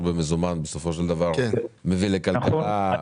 במזומן בסופו של דבר מביא לכלכלה מיושנת.